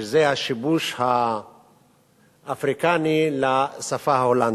שזה השיבוש האפריקני לשפה ההולנדית.